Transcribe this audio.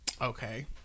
Okay